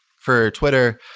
for twitter,